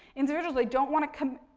individuals, they don't want to come